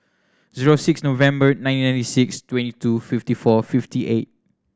zero six November nineteen ninety six twenty two fifty four fifty eight